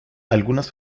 algunas